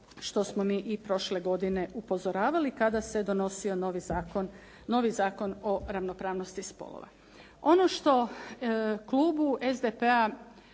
što smo mi i prošle godine upozoravali kada se donosio novi Zakon o ravnopravnosti spolova. Ono što klubu SDP-a